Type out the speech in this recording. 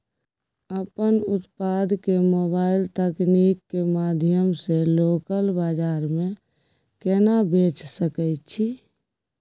अपन उत्पाद के मोबाइल तकनीक के माध्यम से लोकल बाजार में केना बेच सकै छी?